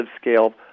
scale